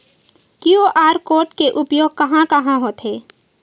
QR code के उपयोग कहां कहां होथे?